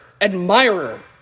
admirer